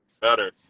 better